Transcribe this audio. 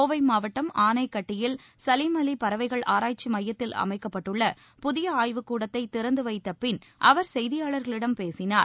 கோவை மாவட்டம் ஆனைக்கட்டியில் சலிம் அலி பறவைகள் அமைக்கப்பட்டுள்ள புதிய ஆய்வுக்கூடத்தை திறந்து வைத்த பின் அவர் செய்தியாளர்களிடம் பேசினார்